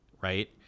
right